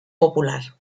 popular